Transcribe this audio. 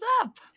up